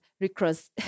recross